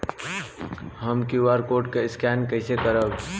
हम QR code scan कइसे करब?